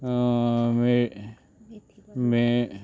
मे